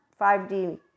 5d